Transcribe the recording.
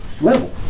level